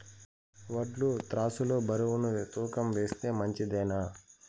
వడ్లు త్రాసు లో బరువును తూకం వేస్తే మంచిదేనా?